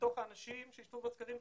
מתוך האנשים שהשתתפו בסקרים,